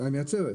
המייצרת.